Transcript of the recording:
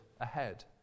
ahead